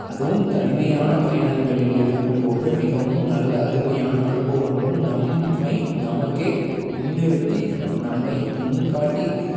அதுவும் தனிமையான பயணங்களில் இருக்கும் போது மிகவும் நல்ல அருமையான அனுபவங்களும் நம்மை நமக்கே முன்னிருத்தி நம்மை முன்காட்டி